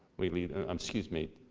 we lead ah um excuse me,